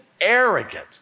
arrogant